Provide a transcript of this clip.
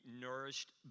nourished